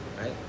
right